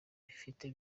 bafite